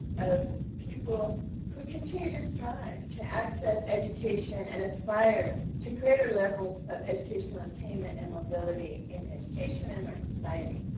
of people who continue to strive to access education and aspire to greater levels of educational attainment and mobility in education and our society.